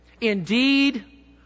Indeed